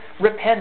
repent